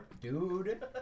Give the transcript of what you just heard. dude